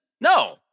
No